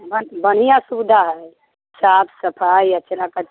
बढ़िआँ सुविधा हइ साफ सफाइ अचरा कचरा